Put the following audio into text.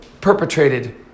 perpetrated